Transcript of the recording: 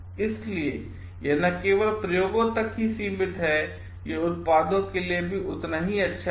इसलिए यह न केवल प्रयोगों तक ही सीमित है यह उत्पादों के लिए भी उतना ही अच्छा है